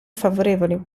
favorevoli